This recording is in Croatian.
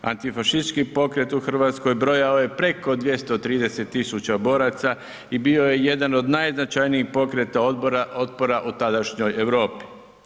Antifašistički pokret u Hrvatskoj brojao je preko 230.000 boraca i bio je jedan od najznačajnijih pokreta otpora u tadašnjoj Europi.